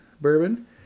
Bourbon